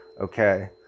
okay